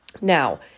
Now